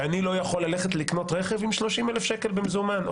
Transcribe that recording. ואני לא יכול לקנות רכב עם 30,000 שקל במזומן,